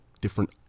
different